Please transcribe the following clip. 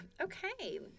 Okay